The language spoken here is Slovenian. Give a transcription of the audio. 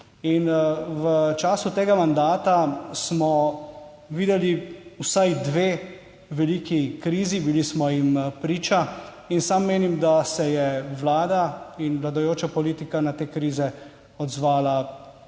v času tega mandata smo videli vsaj dve veliki krizi, bili smo jim priča in sam menim, da se je Vlada in vladajoča politika na te krize odzvala